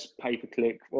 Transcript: pay-per-click